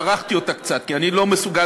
אבל ערכתי אותה קצת כי אני לא מסוגל